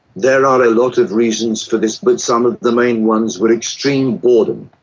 there are a lot of reasons for this but some of the main ones were extreme boredom.